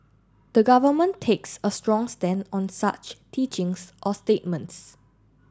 the government takes a strong stand on such teachings or statements